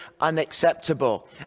unacceptable